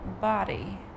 body